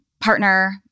partner